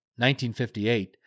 1958